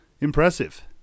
impressive